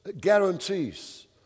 guarantees